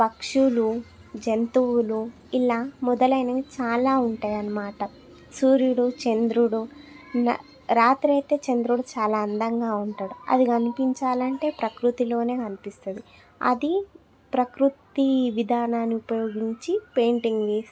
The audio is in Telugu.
పక్షులు జంతువులు ఇలా మొదలైనవి చాలా ఉంటాయన్నమాట సూర్యుడు చంద్రుడు రాత్రి అయితే చంద్రుడు చాలా అందంగా ఉంటాడు అది కనిపించాలి అంటే ప్రకృతిలోనే కనిపిస్తుంది అది ప్రకృతి విధానాన్ని ఉపయోగించి పెయింటింగ్ వేస్తే